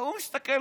ההוא מסתכל,